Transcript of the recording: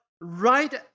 right